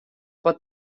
pot